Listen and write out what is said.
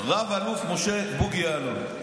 רב-אלוף משה בוגי יעלון.